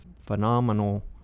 phenomenal